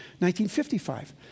1955